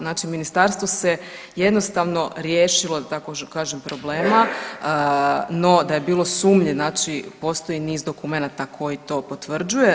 Znači, Ministarstvo se jednostavno riješilo, da tako kažem, problema, no, da je bilo sumnji, znači postoji niz dokumenata koji to potvrđuje.